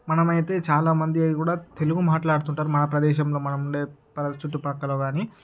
మనమైతే చాలామంది కూడ తెలుగు మాట్లాడుతుంటారు మన ప్రదేశంలో మనం ఉండే చుట్టుప్రక్కల కాని